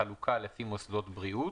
בחלוקה לפי מוסדות בריאות